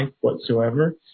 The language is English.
whatsoever